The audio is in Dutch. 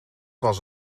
was